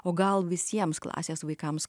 o gal visiems klasės vaikams